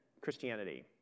Christianity